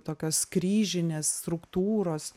tokios kryžinės struktūros